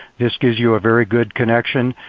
this gives you a very good connection.